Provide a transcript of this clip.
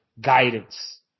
guidance